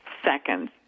Seconds